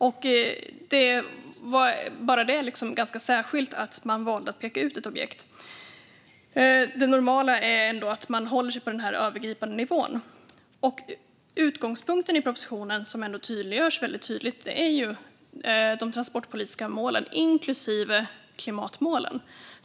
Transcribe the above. Bara det, att man valde att peka ut ett objekt, var ganska särskilt. Det normala är ändå att man håller sig på den övergripande nivån. Utgångspunkten i propositionen blir väldigt tydlig, nämligen de transportpolitiska målen, inklusive klimatmålen.